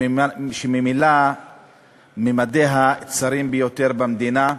שממילא ממדיה צרים ביותר במדינה,